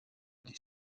des